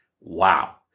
Wow